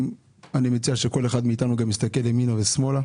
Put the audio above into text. אני מציע שכל אחד מאתנו גם יסתכל ימינה ושמאלה